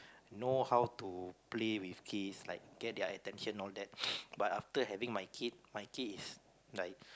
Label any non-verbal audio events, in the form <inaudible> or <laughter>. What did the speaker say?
know how to play with kids like get their attention all that <noise> but after having my kid my kid is like